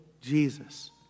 Jesus